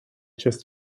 just